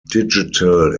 digital